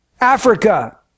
Africa